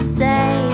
say